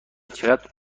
چقدر